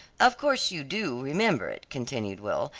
of course you do remember it, continued will,